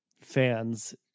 fans